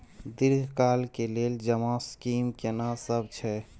दीर्घ काल के लेल जमा स्कीम केना सब छै?